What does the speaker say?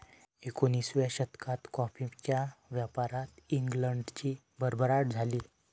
एकोणिसाव्या शतकात कॉफीच्या व्यापारात इंग्लंडची भरभराट झाली